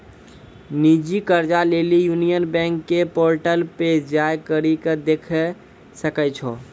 निजी कर्जा लेली यूनियन बैंक के पोर्टल पे जाय करि के देखै सकै छो